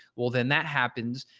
well then that happens.